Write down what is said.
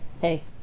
Hey